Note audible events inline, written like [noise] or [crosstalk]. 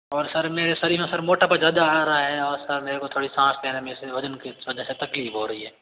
और सर मेरे शरीर में सर मोटापा ज़्यादा आ रहा है और सर मेरे को थोड़ी साँस लेने में [unintelligible] वज़न की वजह से तकलीफ़ हो रही है